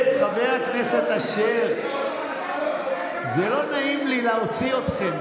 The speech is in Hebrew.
חבר הכנסת אשר, זה לא נעים לי להוציא אתכם.